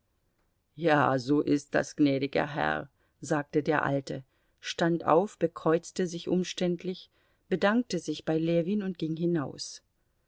ja so ist das gnädiger herr sagte der alte stand auf bekreuzte sich umständlich bedankte sich bei ljewin und ging hinaus